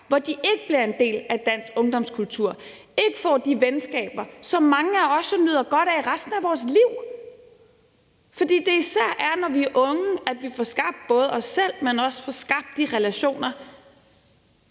hvor de ikke bliver en del af en dansk ungdomskultur og ikke får de venskaber, som mange af os jo nyder godt af resten af vores liv – fordi det især er, når vi er unge, at vi får skabt både os selv, men også får skabt de relationer,